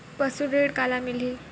पशु ऋण काला मिलही?